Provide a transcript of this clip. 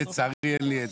לצערי אין לי אצבע.